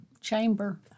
chamber